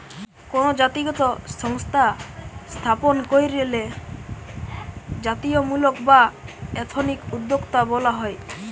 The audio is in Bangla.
কোনো জাতিগত সংস্থা স্থাপন কইরলে জাতিত্বমূলক বা এথনিক উদ্যোক্তা বলা হয়